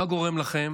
מה גורם לכם